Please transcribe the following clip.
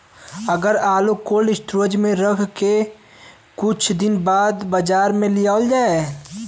अगर आलू cold storage में रख के कुछ दिन बाद बाजार में लियावल जा?